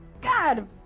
God